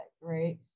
right